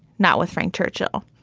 not with frank churchill,